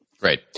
Great